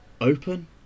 open